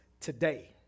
today